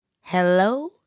Hello